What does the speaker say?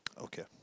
Okay